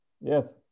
Yes